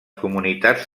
comunitats